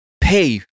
pay